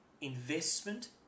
investment